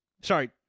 Sorry